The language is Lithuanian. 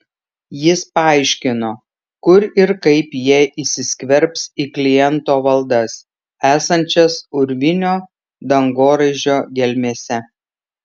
jis paaiškino kur ir kaip jie įsiskverbs į kliento valdas esančias urvinio dangoraižio gelmėse